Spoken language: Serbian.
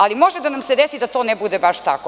Ali, može da nam se desi da to ne bude baš tako.